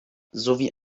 sowie